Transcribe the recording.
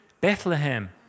Bethlehem